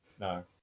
No